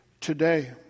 today